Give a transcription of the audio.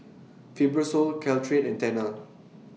Fibrosol Caltrate and Tena